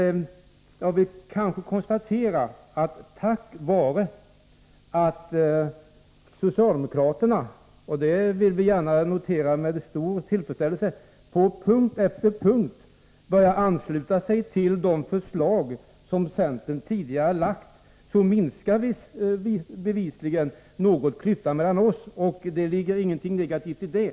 Men jag vill gärna konstatera att tack vare att socialdemokraterna — och det noterar vi med stor tillfredsställelse — på punkt efter punkt börjar ansluta sig till de förslag som centern tidigare har framlagt, så minskar bevisligen klyftan mellan oss. Det är inget negativt med det.